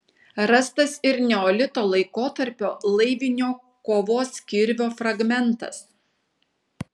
rastas ir neolito laikotarpio laivinio kovos kirvio fragmentas